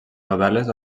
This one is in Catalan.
novel·les